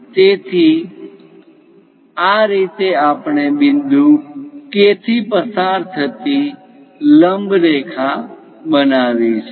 તેથી આ રીતે આપણે બિંદુ K થી પસાર થતી લંબ રેખા બનાવીશું